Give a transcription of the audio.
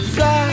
Fly